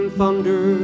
thunder